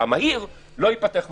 המהיר לא ייפתח מחר.